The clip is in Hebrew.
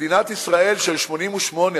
במדינת ישראל של 1988,